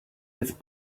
his